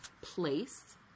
place